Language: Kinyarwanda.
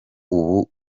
ubu